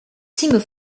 timber